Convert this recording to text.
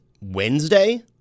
Wednesday